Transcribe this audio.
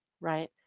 right